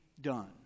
done